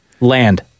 Land